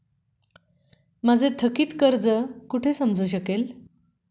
माझे थकीत कर्ज कुठे समजू शकेल?